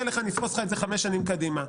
נפרוס לך את זה חמש שנים קדימה.